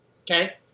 okay